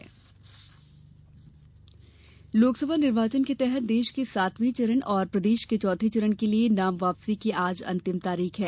नाम वापसी लोकसभा निर्वाचन के तहत देश के सातवें चरण और प्रदेश के चौथे चरण के लिए नाम वापसी की आज अंतिम तारीख है